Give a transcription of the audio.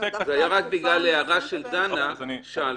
זה היה רק בגלל הערה של דנה, אז שאלתי.